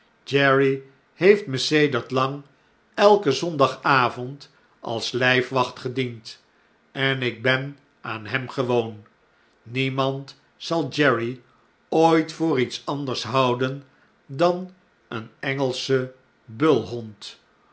jerry heeft me sedert lang elken zondagavond als lyfwacht gediend en ik ben aan hem gewoon niemand zal jerry ooit voor iets anders houden dan een engelschen bulhond